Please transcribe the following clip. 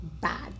bad